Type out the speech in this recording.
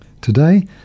Today